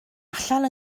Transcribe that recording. allan